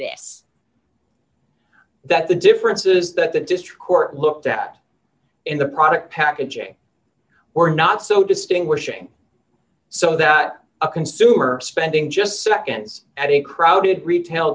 this that the differences that the district court looked at in the product packaging were not so distinguishing so that a consumer spending just seconds at a crowded retail